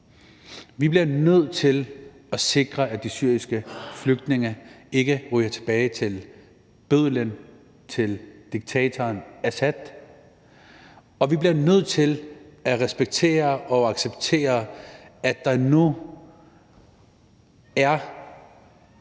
Vi bliver nødt til at sikre, at de syriske flygtninge ikke ryger tilbage til bødlen, diktatoren Assad. Og vi bliver nødt til at respektere og acceptere, at der nu –